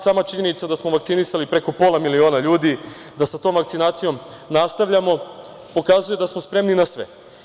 Sama činjenica da smo vakcinisali preko pola miliona ljudi, da sa tom vakcinacijom nastavljamo pokazuje da smo spremni na sve.